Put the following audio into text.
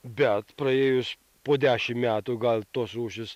bet praėjus po dešim metų gal tos rūšys